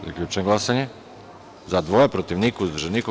Zaključujem glasanje: za – dva, protiv – niko, uzdržanih – nema.